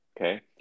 Okay